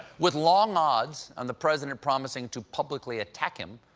with long odds and the president promising to publicly attack him,